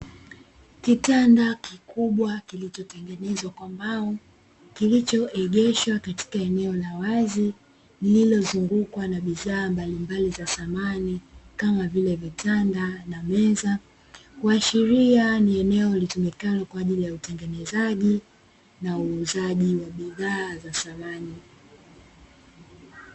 Kitanda kikubwa kilichotengenezwa kwa mbao, kilichoegeshwa katika eneo la wazi lililo zungukwa na bidhaa mbalimbali za samani kama vile: vitanda, na meza, kuashiria ni eneo litumikalo kwa ajili ya utengenezaji na uuzaji wa bidhaa za samani.